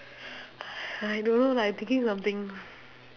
!hais! I don't know lah I thinking something